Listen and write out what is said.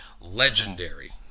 legendary